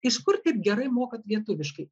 iš kur taip gerai mokat lietuviškai